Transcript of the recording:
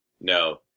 No